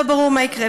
לא ברור מה יקרה.